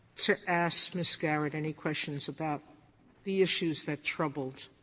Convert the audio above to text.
to ask ms. garrett any questions about the issues that troubled